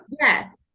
yes